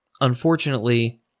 unfortunately